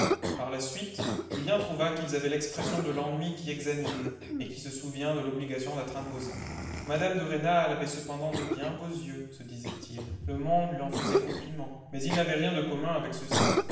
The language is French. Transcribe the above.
par la suite julien trouva qu'ils avaient l'expression de l'ennui qui examine mais qui se souvient de l'obligation d'être imposant mme de rênal avait cependant de bien beaux yeux se disait-il le monde lui en faisait compliment mais ils n'avaient rien de commun avec ceux-ci